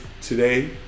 today